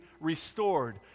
restored